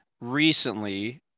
recently